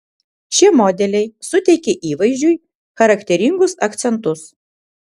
šie modeliai suteikia įvaizdžiui charakteringus akcentus